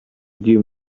dune